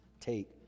Take